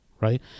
right